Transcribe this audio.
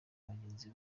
bagenzi